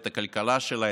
את הכלכלה שלה,